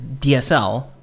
DSL